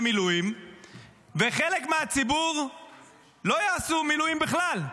מילואים וחלק מהציבור לא יעשו מילואים בכלל.